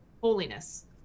holiness